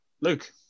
Luke